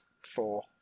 Four